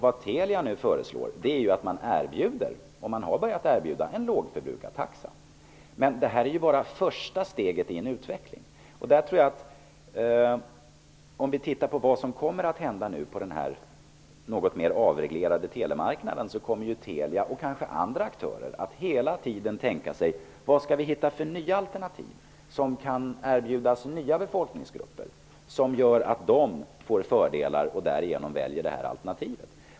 Vad Telia nu föreslår är att man erbjuder -- man har börjat erbjuda -- en lågförbrukartaxa. Men det är bara första steget i en utveckling. Om vi tittar på vad som kommer att hända på den något mer avreglerade telemarknaden, finner vi att Telia och kanske andra aktörer hela tiden kommer att tänka: Vad skall vi hitta för nya alternativ, som erbjuds nya folkgrupper och som gör att dessa får fördelar och därigenom väljer de alternativen?